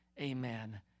Amen